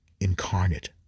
incarnate